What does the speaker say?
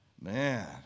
Man